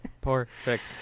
Perfect